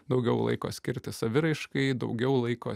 daugiau laiko skirti saviraiškai daugiau laiko